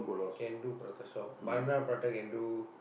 can do prata shop banana prata can do